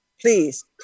please